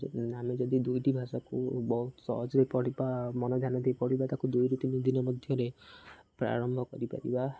ଆମେ ଯଦି ଦୁଇଟି ଭାଷାକୁ ବହୁତ ସହଜରେ ପଢ଼ିବା ମନ ଧ୍ୟାନ ଦେଇ ପଢ଼ିବା ତାକୁ ଦୁଇରୁ ତିନି ଦିନ ମଧ୍ୟରେ ପ୍ରାରମ୍ଭ କରିପାରିବା